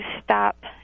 stop